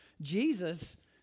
Jesus